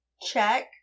check